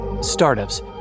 Startups